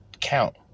count